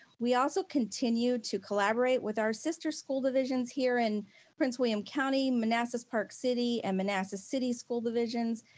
we also continue to collaborate with our sister school divisions here in prince william county, manassas park city, and manassas city school divisions,